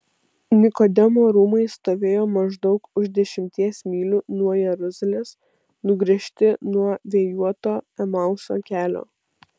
nikodemo rūmai stovėjo maždaug už dešimties mylių nuo jeruzalės nugręžti nuo vėjuoto emauso kelio